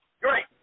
Great